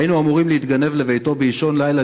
היינו אמורים להתגנב לביתו באישון לילה,